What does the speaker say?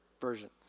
version